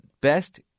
Best